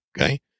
okay